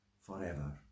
forever